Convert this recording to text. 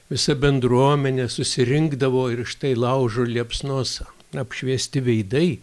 visa bendruomenė susirinkdavo ir štai laužo liepsnos apšviesti veidai